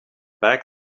back